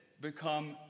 become